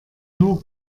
nur